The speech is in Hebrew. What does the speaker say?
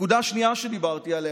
נקודה שנייה שדיברתי עליה,